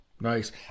Nice